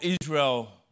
Israel